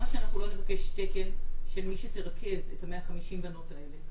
למה שאנחנו לא נבקש תקן של מי שתרכז את ה-150 בנות האלה?